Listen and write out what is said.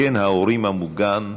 לקן ההורים המוגן והחמים.